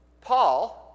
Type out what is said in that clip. Paul